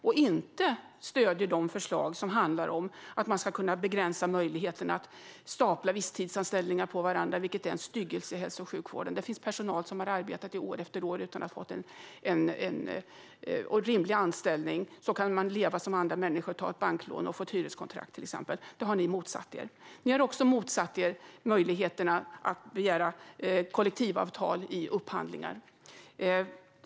De stöder inte de förslag som handlar om att man ska kunna begränsa möjligheterna att stapla visstidsanställningar på varandra, vilket är en styggelse i hälso och sjukvården. Det finns personal som har arbetat år efter år utan att ha fått en rimlig anställning så att de kan leva som andra människor, ta ett banklån och till exempel få ett hyreskontrakt. Det har ni motsatt er. Ni har också motsatt er möjligheterna att begära kollektivavtal i upphandlingar.